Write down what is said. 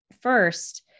first